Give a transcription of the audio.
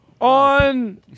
On